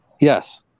Yes